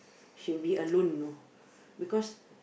she will be alone you know because